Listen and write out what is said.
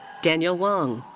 daniel wang.